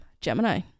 Gemini